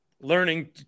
learning